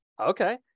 Okay